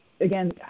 again